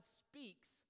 speaks